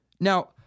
Now